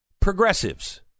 Progressives